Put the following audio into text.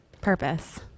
purpose